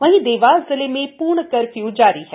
वहीं देवास जिले में पूर्ण कर्फ्य् जारी हैं